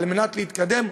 על מנת להתקדם.